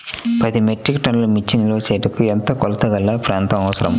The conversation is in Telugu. పది మెట్రిక్ టన్నుల మిర్చి నిల్వ చేయుటకు ఎంత కోలతగల ప్రాంతం అవసరం?